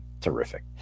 Terrific